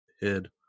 head